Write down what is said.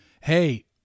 Hey